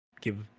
give